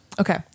Okay